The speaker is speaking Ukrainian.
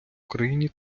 україні